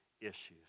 issues